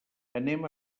anem